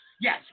Yes